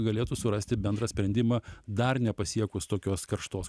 galėtų surasti bendrą sprendimą dar nepasiekus tokios karštos